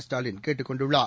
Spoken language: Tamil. ஸ்டாலின் கேட்டுக் கொண்டுள்ளார்